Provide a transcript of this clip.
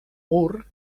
mur